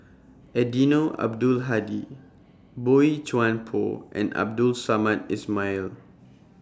Eddino Abdul Hadi Boey Chuan Poh and Abdul Samad Ismail